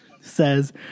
says